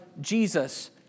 Jesus